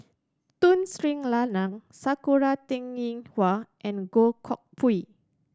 Tun Sri Lanang Sakura Teng Ying Hua and Goh Koh Pui